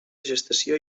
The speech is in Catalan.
gestació